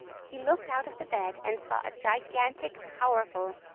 he looked out of the bed, and saw a gigantic, powerful,